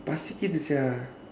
[basket] sia